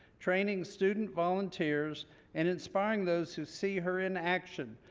training student volunteers and inspiring those who see her in action.